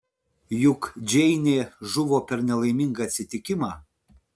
juk džeinė žuvo per nelaimingą atsitikimą